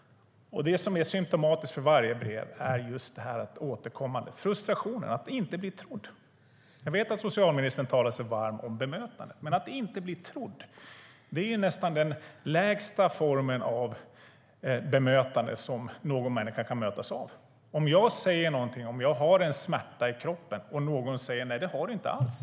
Det som är symtomatiskt för alla dessa brev är den återkommande frustrationen över att inte bli trodd. Jag vet att socialministern talar sig varm för bra bemötande, men att inte bli trodd är nästan det lägsta som en människa kan bemötas med. Jag säger att jag har en smärta i kroppen, men någon annan säger: Det har du inte alls.